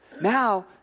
Now